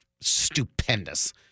stupendous